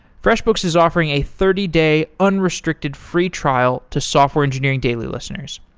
freshbooks is offering a thirty day unrestricted free trial to software engineering daily listeners.